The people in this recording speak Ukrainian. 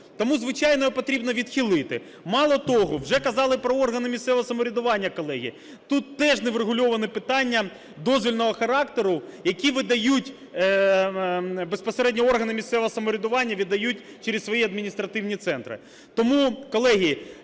Тому, звичайно, його потрібно відхилити. Мало того, вже казали про органи місцевого самоврядування. Колеги, тут теж не врегульоване питання дозвільного характеру, які видають безпосередньо органи місцевого самоврядування, видають через свої адміністративні центри. Тому, колеги,